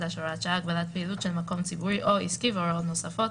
(הגבלת פעילות של מקום ציבורי או עסקי והוראות נוספות)